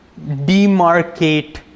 demarcate